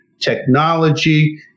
technology